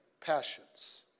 passions